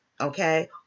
Okay